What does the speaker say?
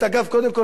אני חייב להגיד לך,